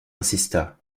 insista